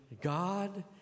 God